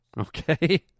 okay